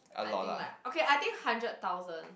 I think like okay I think hundred thousand